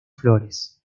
flores